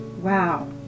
Wow